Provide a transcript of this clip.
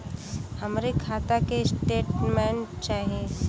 हमरे खाता के स्टेटमेंट चाही?